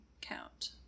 count